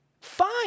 Fine